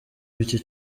w’iki